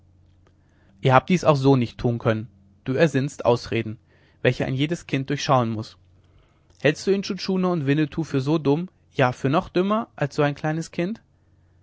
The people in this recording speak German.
ihr habt dies auch so nicht tun können du ersinnst ausreden welche ein jedes kind durchschauen muß hältst du intschu tschuna und winnetou für so dumm ja für noch dümmer als so ein kleines kind